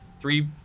three